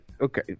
Okay